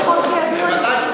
ככל שידוע לי.